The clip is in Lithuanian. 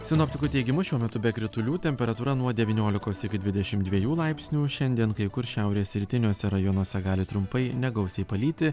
sinoptikų teigimu šiuo metu be kritulių temperatūra nuo devyniolikos iki dvidešim dviejų laipsnių šiandien kai kur šiaurės rytiniuose rajonuose gali trumpai negausiai palyti